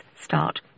start